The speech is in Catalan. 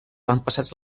avantpassats